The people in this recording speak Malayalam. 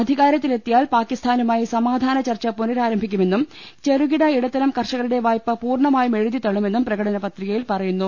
അധികാരത്തിലെത്തിയാൽ പാകി സ്ഥാനുമായി സമാധാന ചർച്ച പുനരാരംഭിക്കുമെന്നും ചെറുകിട ഇട ത്തരം കർഷകരുടെ വായ്പ പൂർണമായും എഴുതിത്തള്ളുമെന്നും പ്രകടന പത്രികയിൽ പറയുന്നു